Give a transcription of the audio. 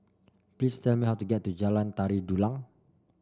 please tell me how to get to Jalan Tari Dulang